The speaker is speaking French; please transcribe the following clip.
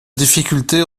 difficultés